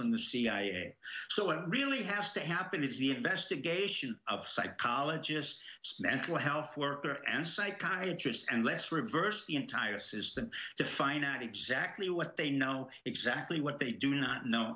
from the cia so it really has to happen is the investigation of psychologists mental health worker and psychiatry is and let's reverse the entire says the to find out exactly what they know exactly what they do not know